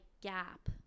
gap